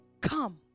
come